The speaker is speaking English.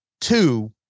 two